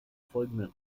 folgenden